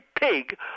pig